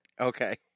okay